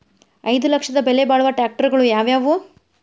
ಐದು ಲಕ್ಷದ ಬೆಲೆ ಬಾಳುವ ಟ್ರ್ಯಾಕ್ಟರಗಳು ಯಾವವು?